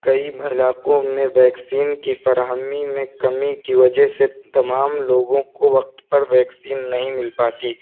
کئی علاقوں میں ویکسین کی فراہمی میں کمی کی وجہ سے تمام لوگوں کو وقت پر ویکسین نہیں مل پاتی